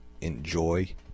enjoy